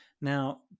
Now